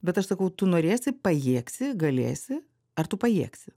bet aš sakau tu norėsi pajėgsi galėsi ar tu pajėgsi